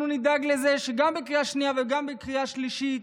אנחנו נדאג לזה שגם בקריאה שנייה וגם בקריאה שלישית